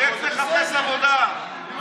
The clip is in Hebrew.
לך תחפש עבודה.